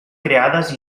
creades